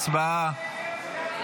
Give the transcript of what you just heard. הצבעה.